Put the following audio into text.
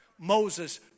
Moses